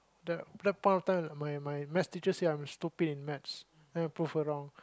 the that point of time my my math teacher say I'm stupid in math then I prove her wrong